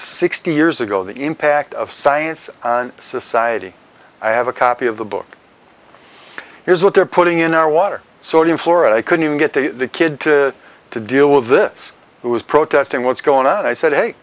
sixty years ago the impact of science on society i have a copy of the book here's what they're putting in our water so in florida i couldn't get the kid to to deal with this who is protesting what's going on and i said hey